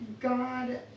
God